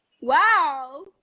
Wow